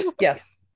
yes